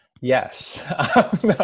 Yes